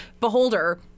beholder